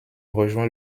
rejoint